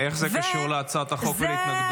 רק שנייה.